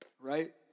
right